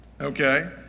Okay